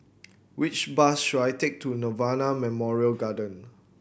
which bus should I take to Nirvana Memorial Garden